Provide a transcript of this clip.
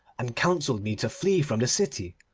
and counselled me to flee from the city.